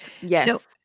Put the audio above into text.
Yes